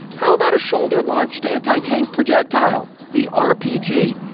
how about a shoulder launched anti-tank projectile? the rpg?